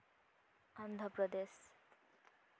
Andhra Pradesh